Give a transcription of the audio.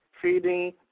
Feeding